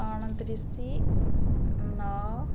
ଅଣତିରିଶି ନଅ